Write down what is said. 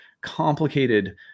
complicated